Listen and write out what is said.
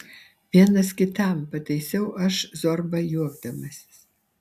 vienas kitam pataisiau aš zorbą juokdamasis